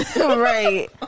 Right